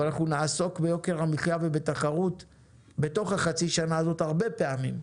אבל אנחנו נעסוק ביוקר המחיה ובתחרות בתוך החצי שנה הזאת הרבה פעמים,